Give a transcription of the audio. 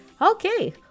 Okay